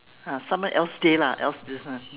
ah someone else day lah else this one